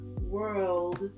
world